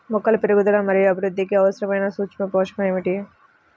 మొక్కల పెరుగుదల మరియు అభివృద్ధికి అవసరమైన సూక్ష్మ పోషకం ఏమిటి?